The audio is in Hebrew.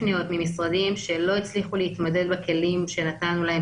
ממשרדים שלא הצליחו להתמודד בכלים שנתנו להם